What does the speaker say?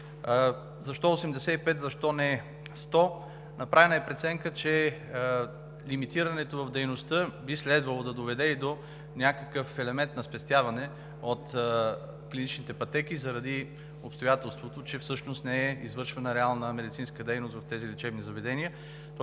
Защо 85%, защо не 100%? Направена е преценка, че емитирането в дейността би следвало да доведе и до някакъв елемент на спестяване от клиничните пътеки заради обстоятелството, че всъщност не е извършвана реална медицинска дейност в тези лечебни заведения,